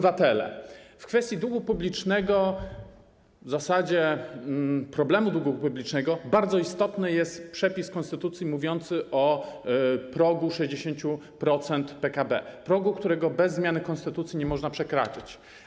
W kwestii długu publicznego, a w zasadzie problemu długu publicznego, bardzo istotny jest przepis konstytucji mówiący o progu 60% PKB, progu, którego bez zmiany konstytucji nie można przekraczać.